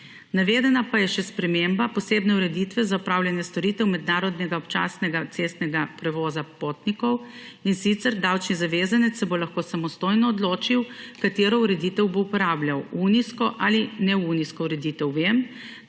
Navedena pa je še sprememba posebne ureditve za opravljanje storitev mednarodnega občasnega cestnega prevoza potnikov, in sicer davčni zavezanec se bo lahko samostojno odločil, katero ureditev bo uporabljal – unijsko ali neunijsko ureditev Vem,